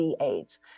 aids